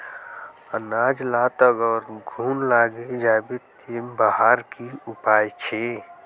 अनाज लात अगर घुन लागे जाबे ते वहार की उपाय छे?